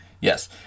yes